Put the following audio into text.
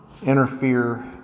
interfere